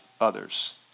others